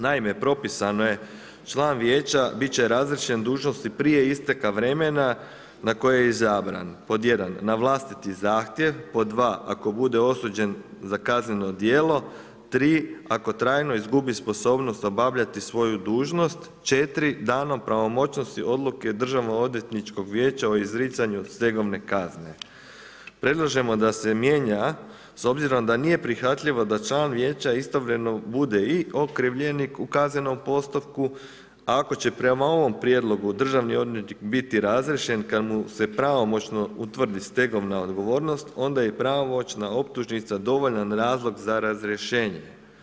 Naime, propisano je, član vijeća biti će razriješen dužnosti prije isteka vremena na koje je izabran: 1.- na vlastiti zahtjev 2.- ako bude osuđen za kazneno djelo 3.- ako trajno izgubi sposobnost obavljati svoju dužnost 4.- danom pravomoćnosti odluke DOV-a o izricanju stegovne kazne Predlažemo da se mijenja s obzirom da nije prihvatljivo da član vijeća istovremeno bude i okrivljenik u kaznenom postupku, ako će prema ovom prijedlogu državni odvjetnik biti razriješen kad mu se pravomoćno utvrdi stegovna odgovornost, onda je pravomoćna optužnica dovoljan razlog za razrješenje.